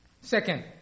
Second